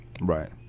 Right